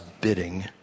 bidding